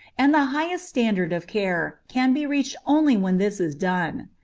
and the highest standard of care can be reached only when this is done.